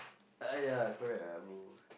uh ya correct ah bro